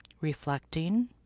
reflecting